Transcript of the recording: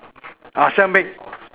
ah self make